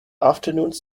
afternoons